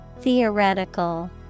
Theoretical